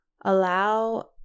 allow